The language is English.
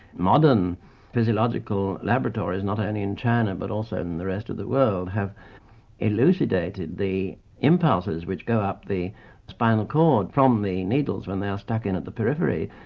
modern physiological laboratories, not only in china but also in the rest of the world, have elucidated the impulses which go up the spinal cord from the needles when they are stuck in at the periphery.